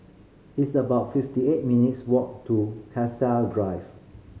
it's about fifty eight minutes' walk to Cassia Drive